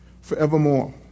forevermore